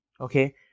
Okay